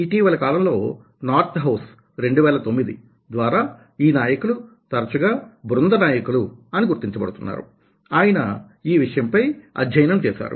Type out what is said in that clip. ఇటీవలికాలంలో Northouse ద్వారా ఈ నాయకులు తరచుగా బృంద నాయకులు అని గుర్తించబడుతున్నారు ఆయన ఈ విషయంపై అధ్యయనం చేశారు